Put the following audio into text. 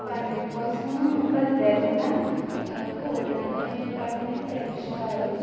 పందెం కోసం ప్రత్యేకంగా కోళ్ళు అనేవాటిని పెంచుతారు